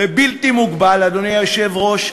זה בלתי מוגבל, אדוני היושב-ראש.